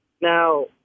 Now